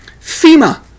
FEMA